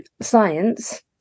science